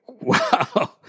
wow